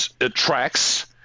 attracts